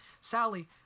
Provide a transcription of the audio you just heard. Sally